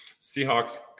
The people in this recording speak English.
Seahawks